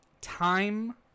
Time